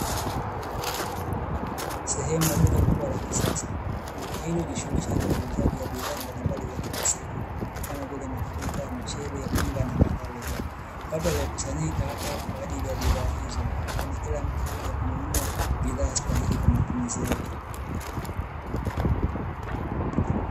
Sehemu ya duka kubwa la kisasa, duka hilo hujihusisha na uuzaji bidhaa mbalimbali kila siku, kama vile mafuta, mchele, unga na kadhalika. Watu waliokusanyika hapo hapo kwa ajili ya bidhaa hizo, kwani kila mtu huja kununua bidhaa stahiki kwa matumizi yake.